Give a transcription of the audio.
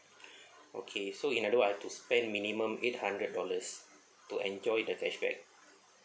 okay so in other words I've to spend minimum eight hundred dollars to enjoy the cashback